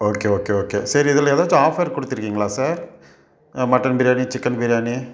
okay okay okay சரி இதில் ஏதாச்சும் ஆஃபர் கொடுத்துருக்கிங்களா sir mutton biryani chicken biryani